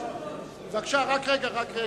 אדוני היושב-ראש, בבקשה, רגע, רגע.